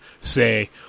say